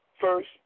first